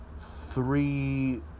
three